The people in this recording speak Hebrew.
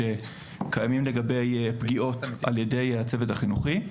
שקיימים לגבי פגיעות על ידי הצוות החינוכי,